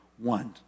One